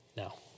Now